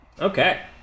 Okay